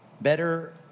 Better